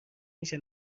میشه